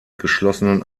geschlossenen